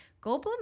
Goldblum